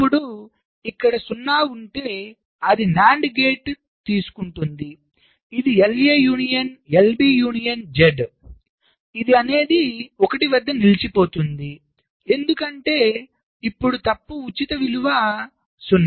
output ఇక్కడ 0 ఉంటే అది NAND గేట్ తీసుకుంటుంది ఇది LA union LB union Z ఇది అనేది 1 వద్ద నిలిచిపోతుంది ఎందుకంటే ఇప్పుడు తప్పు ఉచిత విలువ 0